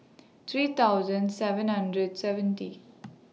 three thousand seven hundred seventy